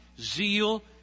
zeal